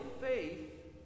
faith